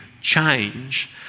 change